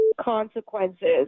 consequences